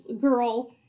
girl